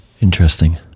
Interesting